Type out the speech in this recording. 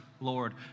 Lord